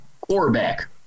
quarterback